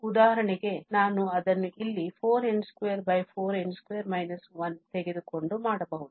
ಉದಾಹರಣೆಗೆ ನಾನು ಅದನ್ನು ಇಲ್ಲಿ 4n24n2 1 ತೆಗೆದುಕೊಂಡು ಮಾಡಬಹುದು